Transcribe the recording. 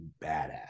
badass